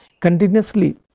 continuously